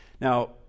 Now